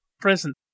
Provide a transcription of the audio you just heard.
present